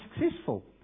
successful